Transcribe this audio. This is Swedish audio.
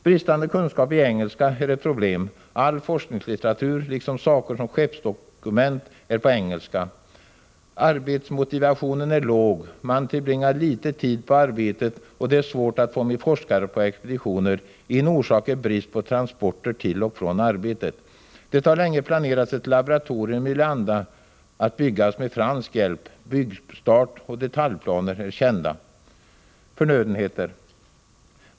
Bristande kunskaper i engelska är ett problem. All forskningslitteratur liksom saker som skeppningsdokument är på engelska. Arbetsmotivationen är låg, man tillbringar lite tid på arbetet och det är svårt att få med forskare på expeditioner. En orsak är brist på transporter till och från arbetet. Det har länge planerats ett laboratorium i Luanda att byggas med fransk hjälp. Byggstart och detaljplaner är kända.